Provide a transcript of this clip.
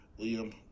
Liam